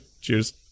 Cheers